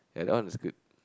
yeah that one is good